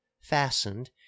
fastened